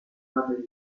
materiale